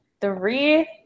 Three